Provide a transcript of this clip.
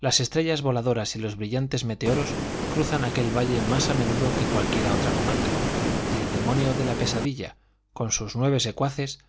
las estrellas voladoras y los brillantes meteoros cruzan aquel valle más a menudo que cualquiera otra comarca y el demonio de la pesadilla con sus nueve secuaces